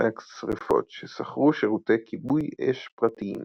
ביטוחי השריפות ששכרו שירותי כיבוי אש פרטיים